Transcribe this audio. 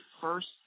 first